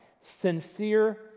Sincere